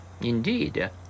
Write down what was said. Indeed